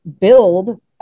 build –